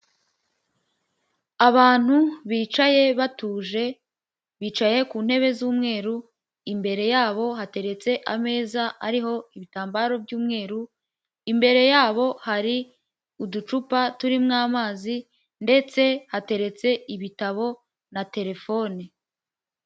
Abantu bicaye batuje bicaye ku ntebe z'umweru imbere yabo hateretse ameza ariho ibitambaro by'umweru, imbere yabo hari uducupa turimo amazi ndetse hateretse ibitabo na telefone.